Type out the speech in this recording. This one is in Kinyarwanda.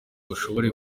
bashobore